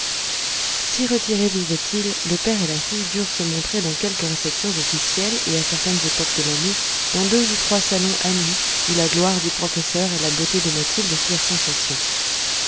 si retirés vivaient-ils le père et la fille durent se montrer dans quelques réceptions officielles et à certaines époques de l'année dans deux ou trois salons amis où la gloire du professeur et la beauté de mathilde firent sensation